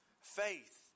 faith